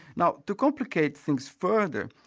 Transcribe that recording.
now to complicate things further,